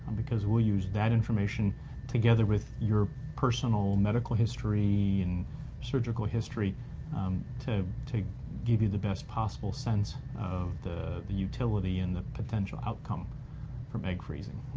because we'll use that information together with your personal medical history and surgical history um to to give you the best possible sense of the the utility and the potential outcome from egg freezing.